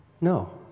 No